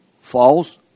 False